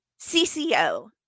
cco